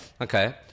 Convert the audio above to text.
Okay